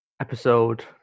episode